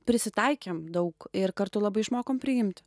prisitaikėm daug ir kartu labai išmokom priimti